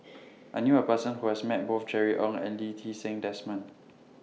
I knew A Person Who has Met Both Jerry Ng and Lee Ti Seng Desmond